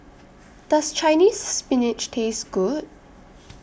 Does Chinese Spinach Taste Good